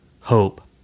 Hope